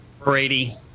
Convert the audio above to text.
Brady